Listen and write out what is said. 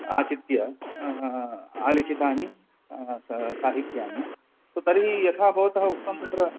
आचित्य आलिखितानि साहित्यानि तु तर्हि यथा भवतः उक्तं तत्र